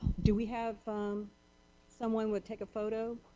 do we have someone with take photo?